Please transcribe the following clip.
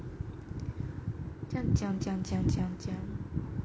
这样讲讲讲讲讲